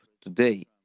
today